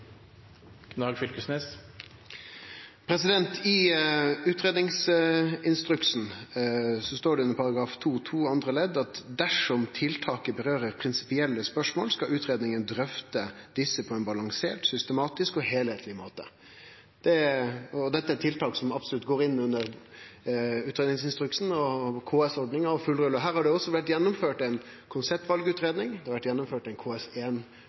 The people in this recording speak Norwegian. I utgreiingsinstruksen står det under § 2-2 andre ledd: «Dersom tiltaket berører prinsipielle spørsmål, skal utredningen drøfte disse på en balansert, systematisk og helhetlig måte.» Og dette er eit tiltak som absolutt går inn under utgreiingsinstruksen og KS-ordninga. Her har det også vore gjennomført ei konseptvalutgreiing, det har vore gjennomført